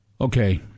Okay